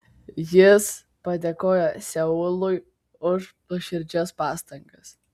jis padėkojo seului už nuoširdžias pastangas